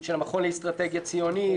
של המכון לאסטרטגיה ציונית,